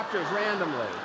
randomly